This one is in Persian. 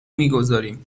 میگذاریم